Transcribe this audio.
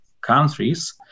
countries